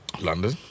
London